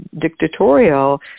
dictatorial